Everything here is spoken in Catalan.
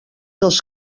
els